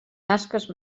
tasques